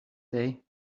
day